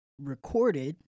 recorded